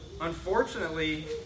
Unfortunately